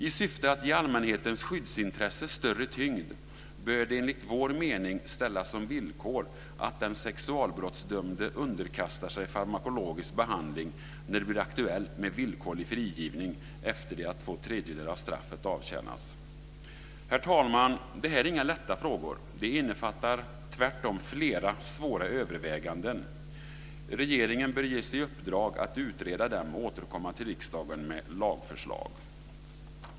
I syfte att ge allmänhetens skyddsintresse större tyngd bör det enligt vår mening ställas som villkor att den sexualbrottsdömde underkastar sig farmakologisk behandling när det blir aktuellt med villkorlig frigivning efter det att två tredjedelar av straffet avtjänats. Herr talman! Det här är inga lätta frågor. De innefattar tvärtom flera svåra överväganden. Regeringen bör ges i uppdrag att utreda dem och återkomma till riksdagen med ett lagförslag.